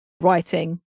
writing